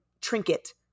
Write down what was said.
trinket